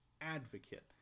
advocate